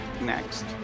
next